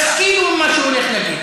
תשכילו ממה שהוא הולך להגיד.